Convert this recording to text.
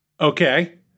Okay